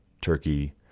Turkey